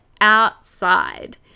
outside